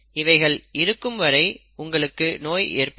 இவைகள் இருக்கும் வரை உங்களுக்கு நோய் ஏற்படும்